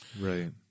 Right